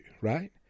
Right